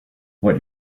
what